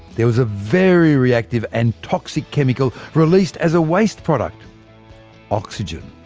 there was a very reactive and toxic chemical released as a waste product oxygen.